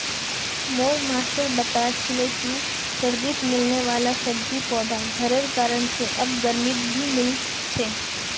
मोर मास्टर बता छीले कि सर्दित मिलने वाला सब्जि पौधा घरेर कारण से आब गर्मित भी मिल छे